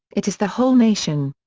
it is the whole nation.